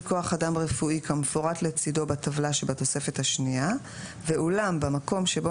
כוח אדם רפואי כמפורט לצידו בטבלה שבתוספת השנייה ואולם במקום שבו